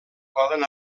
poden